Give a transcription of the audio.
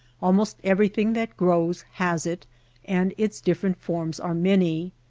almost everything that grows has it and its different forms are many.